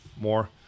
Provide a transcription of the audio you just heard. more